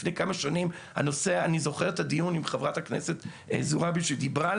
אני זוכר את הדיון עם חברת הכנסת זועבי שדיברה על